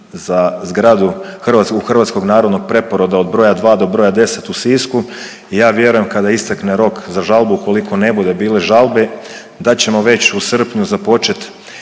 za zgradu Hrvatskog narodnog preporoda od broja 2 do broja 10 u Sisku i ja vjerujem kada istekne rok za žalbu ukoliko ne bude bilo žalbi da ćemo već u srpnju započeti